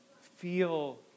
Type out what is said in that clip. feel